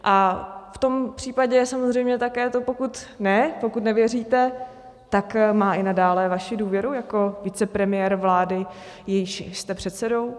A v tom případě samozřejmě také, pokud ne, pokud nevěříte, tak má i nadále vaši důvěru jako vicepremiér vlády, jejímž jste předsedou?